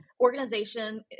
organization